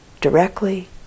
directly